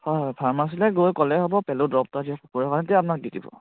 হয় হয় ফাৰ্মাচীলৈ গৈ ক'লে হ'ব পেলু ড্ৰপ এটা দিয়ক কুকুৰে খোৱা তেতিয়া আপোনাক দি দিব